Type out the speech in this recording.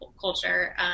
culture